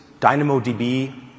DynamoDB